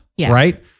Right